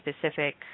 specific